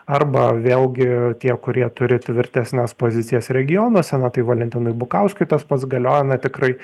arba vėlgi tie kurie turi tvirtesnes pozicijas regiono senatui valentinui bukauskui tas pats galioja na tikrai